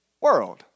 world